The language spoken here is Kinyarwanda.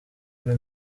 kuri